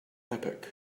epoch